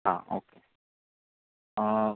हां ओके